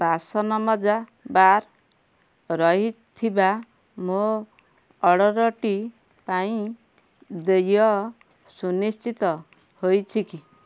ବାସନମଜା ବାର୍ ରହିଥିବା ମୋ ଅର୍ଡ଼ରଟି ପାଇଁ ଦେୟ ସୁନିଶ୍ଚିତ ହେଇଛି କି